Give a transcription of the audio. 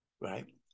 right